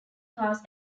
cars